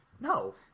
No